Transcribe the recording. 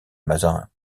mazarin